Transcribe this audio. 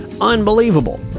unbelievable